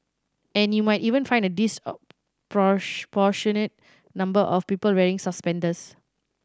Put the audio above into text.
and you might even find a disproportionate number of people wearing suspenders